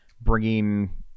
bringing